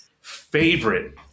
favorite